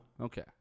Okay